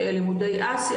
לימודי אסיה,